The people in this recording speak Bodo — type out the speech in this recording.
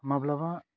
माब्लाबा